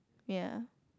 ya